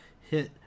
hit